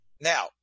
Now